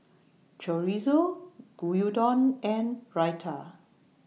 Chorizo Gyudon and Raita